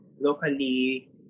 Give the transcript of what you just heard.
locally